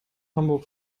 hamburg